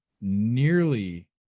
nearly